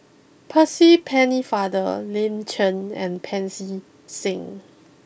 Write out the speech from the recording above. Percy Pennefather Lin Chen and Pancy Seng